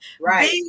right